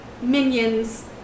minions